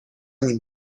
nim